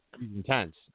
intense